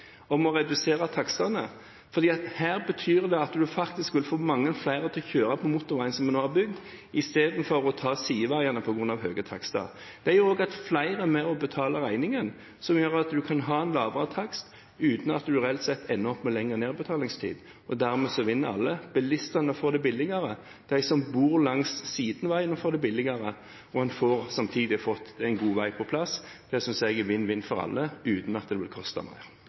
å redusere takstene. Her betyr det at en faktisk vil få mange flere til å kjøre på motorveien som en har bygd, istedenfor å ta sideveiene på grunn av høye takster. Det gjør også at flere er med og betaler regningen, noe som gjør at en kan ha en lavere takst uten at en reelt sett ender med lengre nedbetalingstid. Dermed vinner alle. Bilistene får det billigere. De som bor langs sideveiene, får det billigere. Og samtidig har man fått en god vei på plass. Det synes jeg er vinn-vinn for alle, uten at det vil koste noe mer.